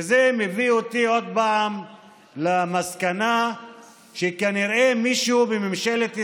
וזה מביא אותי עוד פעם למסקנה שכנראה מישהו בממשלת ישראל,